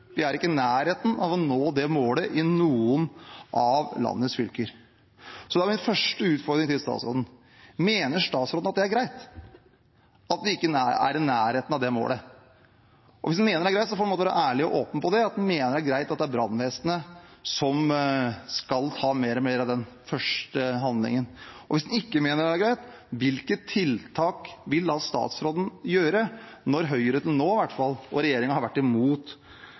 vi er ikke i nærheten av å nå det målet i noen av landets fylker. Da er min første utfordring til statsråden: Mener statsråden at det er greit at vi ikke er i nærheten av det målet? Hvis han mener det er greit, får han være ærlig og åpen på det, at han mener det er greit at det er brannvesenet som mer og mer skal handle først. Og hvis han ikke mener det er greit, hvilke tiltak vil statsråden treffe, når Høyre til nå i hvert fall – og regjeringen – har vært imot